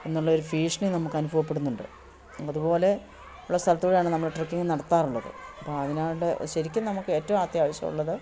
എന്നുള്ളൊരു ഭീഷണി നമുക്ക് അനുഭവപ്പെടുന്നുണ്ട് അതു പോലെ ഉള്ള സ്ഥലത്തു കൂടിയാണ് നമ്മൾ ട്രക്കിങ്ങ് നടത്താറുള്ളത് അപ്പം അല്ലാണ്ട് ശരിക്കും നമുക്ക് ഏറ്റവും അത്യാവശ്യമുള്ളത്